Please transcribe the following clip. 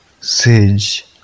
sage